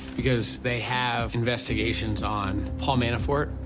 because they have investigations on paul manafort,